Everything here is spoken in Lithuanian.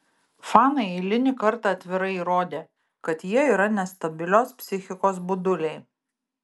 fanai eilinį kartą atvirai įrodė kad jie yra nestabilios psichikos buduliai